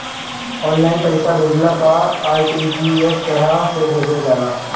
online पईसा भेजला पअ आर.टी.जी.एस तरह से भेजल जाला